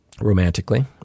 romantically